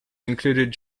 included